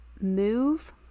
move